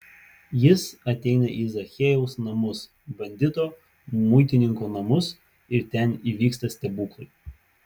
jis ateina į zachiejaus namus bandito muitininko namus ir ten įvyksta stebuklai